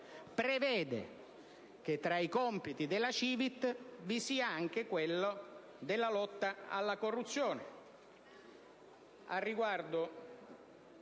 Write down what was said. infatti, che, tra i compiti della CiVIT, vi sia anche quello della lotta alla corruzione.